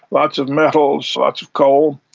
lots of metals, lots of coal,